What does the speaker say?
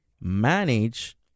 manage